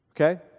okay